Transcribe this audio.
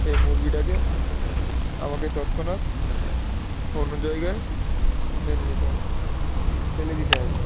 সেই মুরগিটাকে আমাকে তৎক্ষণাৎ অন্য জায়গায় মেনে নিতে হবে ফেলে দিতে হবে